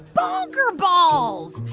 bonker-balls.